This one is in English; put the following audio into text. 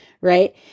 right